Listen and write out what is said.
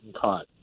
caught